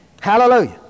Hallelujah